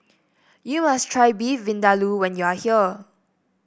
you must try Beef Vindaloo when you are here